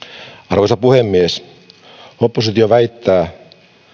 arvoisa puhemies oppositio väittää